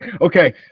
okay